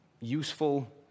useful